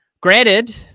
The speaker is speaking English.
Granted